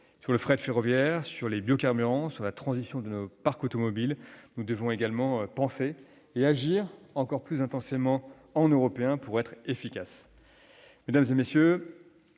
Sur le fret ferroviaire, sur les biocarburants, sur la transition de nos parcs automobiles, nous devons penser et agir encore plus intensément en Européens, pour être efficaces.